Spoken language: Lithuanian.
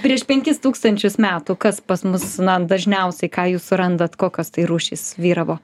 prieš penkis tūkstančius metų kas pas mus na dažniausiai ką jūs randat kokios tai rūšys vyravo